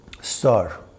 Star